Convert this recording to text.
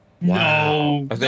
No